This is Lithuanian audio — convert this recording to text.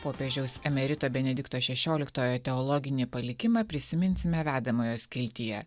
popiežiaus emerito benedikto šešioliktojo teologinį palikimą prisiminsime vedamojo skiltyje